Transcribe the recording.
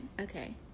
Okay